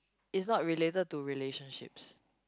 is not related to relationships